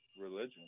religion